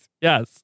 Yes